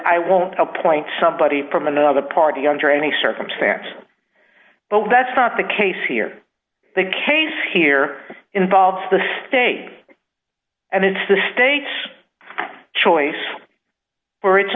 i won't help point somebody from another party under any circumstance but that's not the case here the case here involves the state and it's the state's choice for its